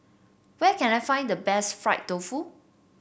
where can I find the best Fried Tofu